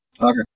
okay